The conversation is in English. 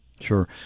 Sure